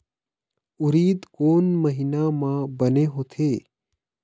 उरीद कोन महीना म बने होथे?